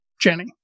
Jenny